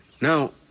Now